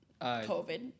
COVID